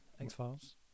X-Files